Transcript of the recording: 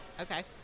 Okay